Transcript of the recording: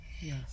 Yes